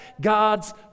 God's